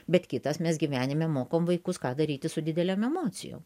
bet kitas mes gyvenime mokom vaikus ką daryti su didelėm emocijom